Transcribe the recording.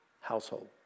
household